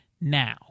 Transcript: now